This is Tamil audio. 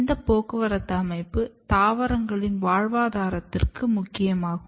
இந்த போக்குவரத்து அமைப்பு தாவரங்களின் வாழ்வாதாரத்திற்கு முக்கியமாகும்